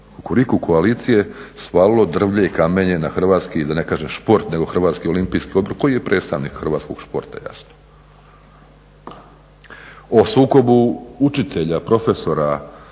Kukuriku koalicije svalilo drvlje i kamenje na hrvatski da ne kažem šport nego Hrvatski olimpijski odbor koji je predstavnik hrvatskog športa jasno. O sukobu učitelja, profesora,